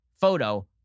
photo